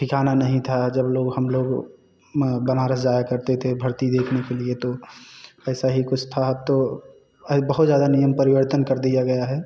ठिकाना नहीं था जब लोग हम लोग बनारस जाया करते थे भर्ती देखने के लिए तो ऐसा ही कुछ था तो आये बहुत ज़्यादा नियम परिवर्तन कर दिया गया है